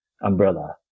umbrella